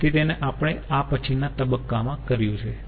તેથી તેને આપણે આ પછીના તબક્કામાં કર્યું છે